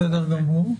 בסדר גמור.